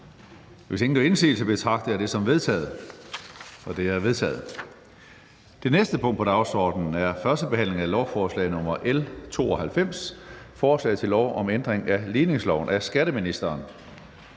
Hvis ingen gør indsigelse, betragter jeg det som vedtaget. Det er vedtaget. --- Det næste punkt på dagsordenen er: 3) 1. behandling af lovforslag nr. L 92: Forslag til lov om ændring af ligningsloven. (Ændring